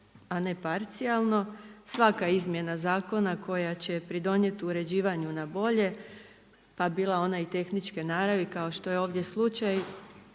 a ne parcijalno, svaka izmjena zakona koja će pridonijeti uređivanju na bolje pa bila ona i tehničke naravi kao što je i ovdje slučaj,